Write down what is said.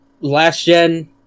last-gen